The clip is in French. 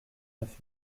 neuf